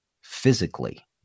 physically